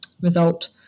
result